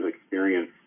experience